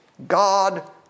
God